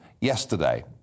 yesterday